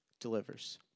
delivers